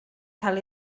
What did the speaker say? cael